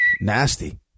Nasty